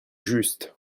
juste